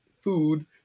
food